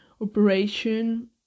Operation